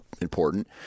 important